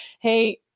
hey